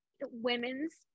women's